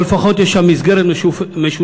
אבל לפחות יש שם מסגרת משותפת,